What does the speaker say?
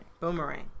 Boomerang